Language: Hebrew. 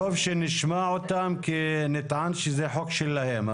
טוב שנשמע אותם, כי נטען שזה חוק שלהם.